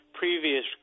previous